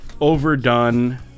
overdone